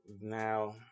Now